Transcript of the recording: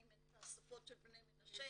את השפות של בני מנשה,